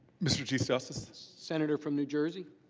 mr. chief justice. senator from new jersey.